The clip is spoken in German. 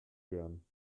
werden